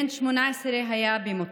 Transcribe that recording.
בן 18 היה במותו.